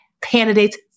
candidates